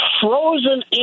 frozen